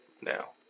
now